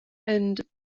and